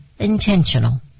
intentional